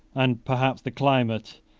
and perhaps the climate,